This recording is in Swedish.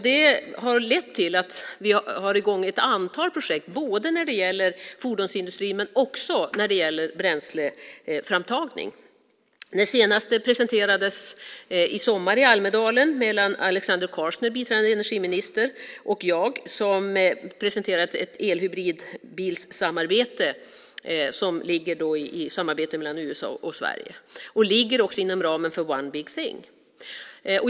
Det har lett till att vi nu har i gång ett antal projekt när det gäller både fordonsindustri och bränsleframtagning. Det senaste presenterades i somras i Almedalen av Alexander Karsner, biträdande energiminister, och mig - ett elhybridbilssamarbete i samarbete mellan USA och Sverige. Det ligger också inom ramen för one big thing .